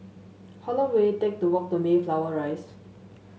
how long will it take to walk to Mayflower Rise